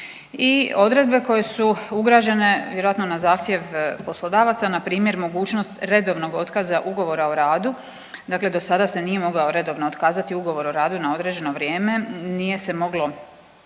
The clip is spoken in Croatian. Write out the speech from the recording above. I odredbe koje su ugrađene vjerojatno na zahtjev poslodavaca npr. mogućnost redovnog otkaza ugovora o radu, dakle dosada se nije mogao redovno otkazati ugovor o radu na određeno vrijeme, nije se moglo